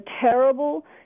terrible